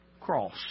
cross